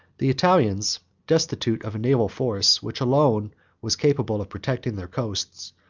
the italians, destitute of a naval force, which alone was capable of protecting their coasts,